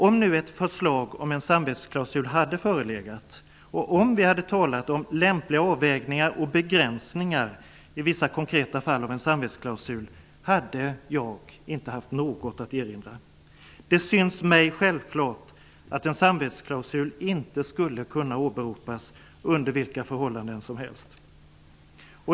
Om ett förslag om en samvetsklausul hade förelegat och om vi hade talat om lämpliga avvägningar och begränsningar, i vissa konkreta fall, av en samvetsklausul, skulle jag inte ha haft något att erinra. Det synes mig självklart att en samvetsklausul inte skulle kunna åberopas under vilka förhållanden som helst.